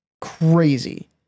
crazy